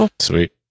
Sweet